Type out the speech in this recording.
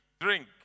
Drink